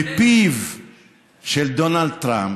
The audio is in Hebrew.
מפיו של דונלד טראמפ,